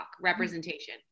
representation